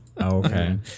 Okay